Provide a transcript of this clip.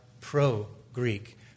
pro-Greek